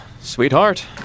Sweetheart